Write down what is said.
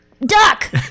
duck